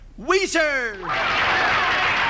weezer